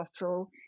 bottle